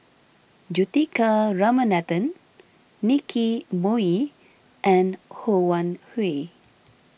Juthika Ramanathan Nicky Moey and Ho Wan Hui